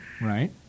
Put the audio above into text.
Right